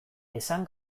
esan